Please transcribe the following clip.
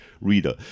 reader